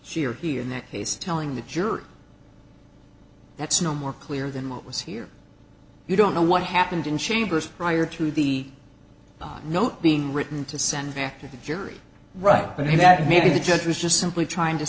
she or he in that case telling the jury that's no more clear than what was here you don't know what happened in chambers prior to the note being written to send back to the jury right but i mean that maybe the judge was just simply trying to